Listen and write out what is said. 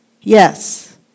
Yes